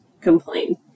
complain